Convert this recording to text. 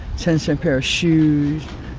ten cent pair of shoes.